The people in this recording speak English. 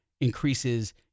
increases